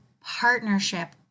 partnership